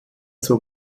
zur